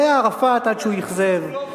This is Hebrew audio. זה היה ערפאת עד שהוא אכזב, אם הוא לא friendly,